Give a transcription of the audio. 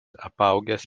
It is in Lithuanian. apaugęs